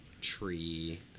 tree